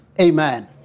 Amen